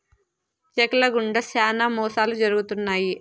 check ల గుండా శ్యానా మోసాలు జరుగుతున్నాయి